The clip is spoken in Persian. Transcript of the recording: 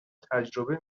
تجربه